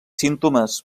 símptomes